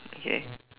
okay